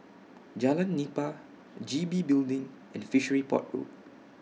Jalan Nipah G B Building and Fishery Port Road